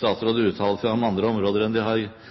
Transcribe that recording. statsråder uttale seg om andre områder enn det de har